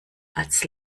als